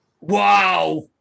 Wow